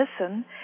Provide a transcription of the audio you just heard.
listen